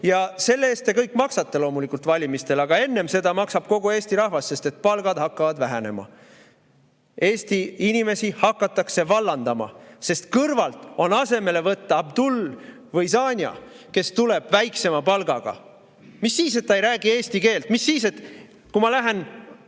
ja selle eest te kõik maksate loomulikult valimistel, aga enne seda maksab kogu Eesti rahvas, sest palgad hakkavad vähenema. Eesti inimesi hakatakse vallandama, sest kõrvalt on asemele võtta Abdul või Sanja, kes tuleb väiksema palga peale. Mis siis, et ta ei räägi eesti keelt, mis siis, et kui ma lähen